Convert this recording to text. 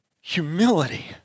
humility